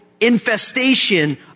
infestation